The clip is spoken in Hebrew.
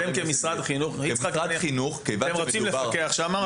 אתם כמשרד חינוך רוצים לפקח שם,